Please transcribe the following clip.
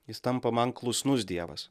jis tampa man klusnus dievas